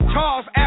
Charles